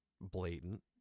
blatant